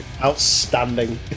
Outstanding